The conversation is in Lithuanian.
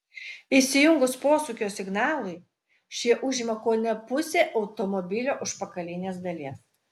įsijungus posūkio signalui šie užima kone pusę automobilio užpakalinės dalies